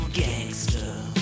gangster